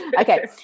Okay